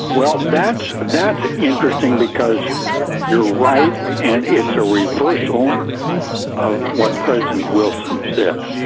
well, that's that's interesting because you're right and it's a reversal of what president wilson said,